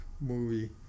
movie